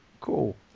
cool